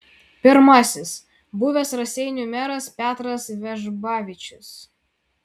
pirmasis buvęs raseinių meras petras vežbavičius